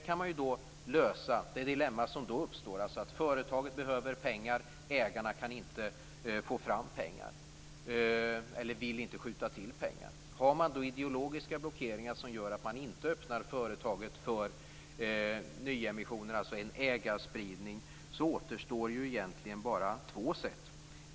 Då uppstår ett dilemma - företaget behöver pengar och ägarna kan inte få fram pengar eller vill inte skjuta till pengar. Har man då ideologiska blockeringar som gör att man inte öppnar företaget för nyemissioner, alltså en ägarspridning, återstår ju egentligen bara två sätt.